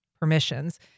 permissions